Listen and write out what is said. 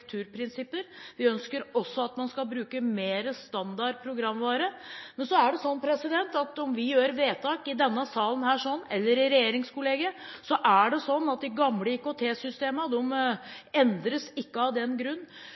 arkitekturprinsipper. Vi ønsker også at man skal bruke mer standard programvare. Så er det sånn at om vi fatter vedtak i denne sal eller i regjeringskollegiet, endres ikke de gamle IKT-systemene av den grunn.